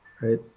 right